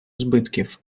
збитків